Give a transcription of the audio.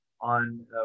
on